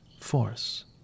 force